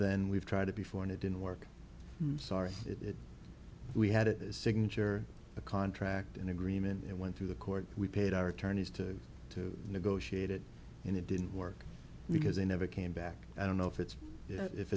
than we've tried to before and it didn't work sorry we had a signature a contract an agreement and it went through the court we paid our attorneys to to negotiate it and it didn't work because they never came back i don't know if it's if